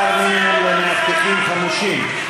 שכר מינימום למאבטחים חמושים),